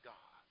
God